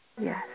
Yes